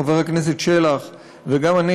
חבר הכנסת שלח וגם אני,